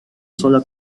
sola